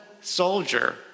soldier